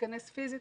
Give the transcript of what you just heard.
יכנס פיזית.